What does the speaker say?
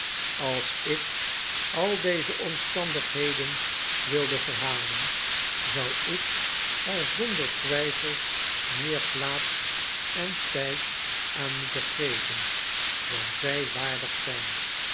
als ik al deze omstandigheden wilde verhalen zou ik er zonder twijfel meer plaats en tijd aan moeten geven dan zij waardig zijn